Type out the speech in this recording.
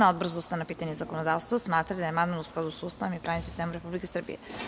Odbor za ustavna pitanja i zakonodavstvo smatra da je amandman u skladu sa Ustavom i pravnim sistemom Republike Srbije.